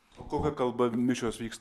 o kokia kalba mišios vyksta